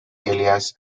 elias